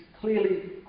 clearly